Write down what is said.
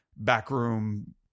backroom